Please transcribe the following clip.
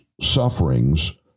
sufferings